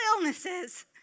illnesses